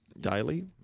daily